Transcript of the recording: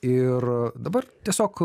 ir dabar tiesiog